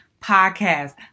podcast